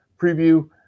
preview